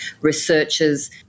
researchers